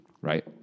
right